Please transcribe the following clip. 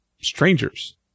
strangers